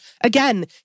Again